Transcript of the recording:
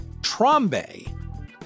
Trombe